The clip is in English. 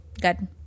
Good